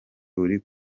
uri